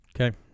Okay